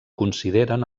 consideren